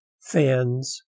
fans